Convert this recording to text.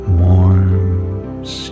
warms